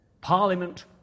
Parliament